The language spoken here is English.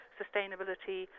sustainability